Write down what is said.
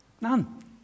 None